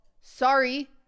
sorry